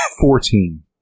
Fourteen